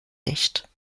nicht